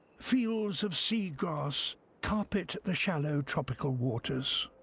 fields of seagrass carpet the shallow tropical waters.